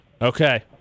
Okay